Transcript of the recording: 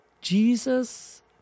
Jesus